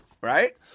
right